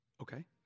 Okay